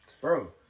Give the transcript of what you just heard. Bro